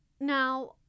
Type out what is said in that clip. now